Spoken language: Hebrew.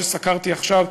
שסקרתי עכשיו,